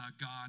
god